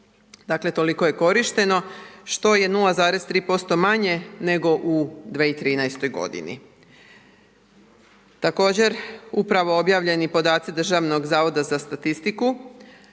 Dakle, toliko je korišteno, što je 0,3% manje nego u 2013. godini. Također, upravo objavljeni podaci Državnog zavoda za statistiku